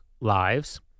lives